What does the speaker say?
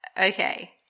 Okay